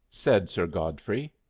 said sir godfrey,